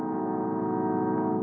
or